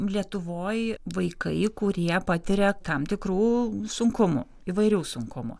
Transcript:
lietuvoj vaikai kurie patiria tam tikrų sunkumų įvairių sunkumų